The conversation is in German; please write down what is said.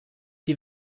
die